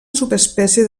subespècie